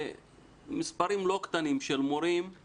דרך שירותים שניתנים ברמת הרשות אז אין לנו דרך.